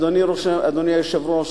אדוני היושב-ראש,